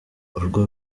urwo